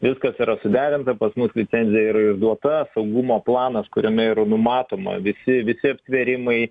viskas yra suderinta pas mus licenzija yra išduota saugumo planas kuriame ir numatoma visi visi aptvėrimai